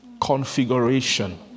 configuration